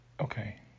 Okay